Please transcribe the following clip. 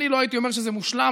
אני לא הייתי אומר שזה מושלם,